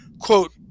quote